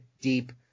deep